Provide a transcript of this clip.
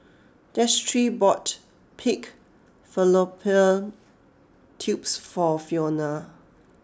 Destry bought Pig Fallopian Tubes for Fiona